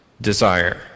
desire